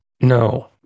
No